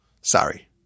Sorry